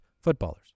footballers